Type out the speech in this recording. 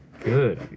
Good